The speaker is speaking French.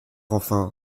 enfin